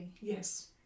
yes